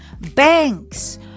banks